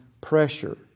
pressure